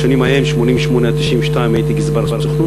בשנים ההן, 1988 1992, הייתי גזבר הסוכנות.